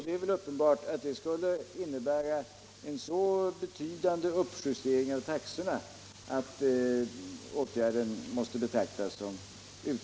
Det är väl uppenbart att — Nr 42 det skulle innebära en sådan betydande uppjustering av taxorna att åt